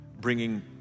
bringing